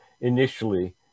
initially